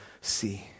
see